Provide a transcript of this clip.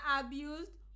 abused